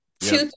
Two